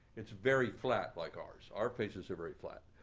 it's very flat like ours. our faces are very flat.